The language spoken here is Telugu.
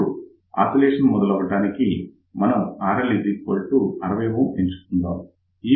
ఇప్పుడు ఆసిలేషన్ మొదలు అవటానికి మనం RL 60 Ω ఎంచుకుందాం